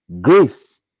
grace